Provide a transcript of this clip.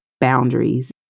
boundaries